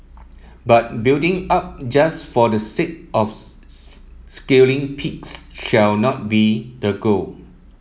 but building up just for the sake of scaling peaks should not be the goal